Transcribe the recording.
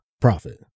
profit